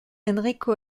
enrico